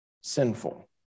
sinful